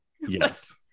yes